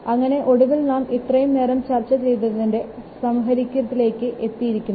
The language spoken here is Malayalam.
അങ്ങനെ ഒടുവിൽ നാം ഇത്രയും നേരം ചർച്ച ചെയ്തതിൻറെ സംഗ്രഹത്തിലേക് എത്തിയിരിക്കുകയാണ്